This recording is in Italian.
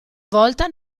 volta